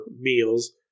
meals